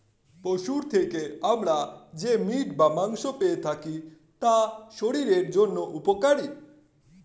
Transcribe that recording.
পশুর থেকে আমরা যে মিট বা মাংস পেয়ে থাকি তা শরীরের জন্য উপকারী